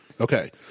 Okay